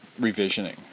revisioning